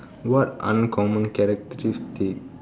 what uncommon characteristic